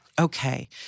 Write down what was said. Okay